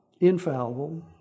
infallible